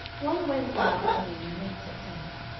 one wednesday afternoon in late september,